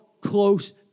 close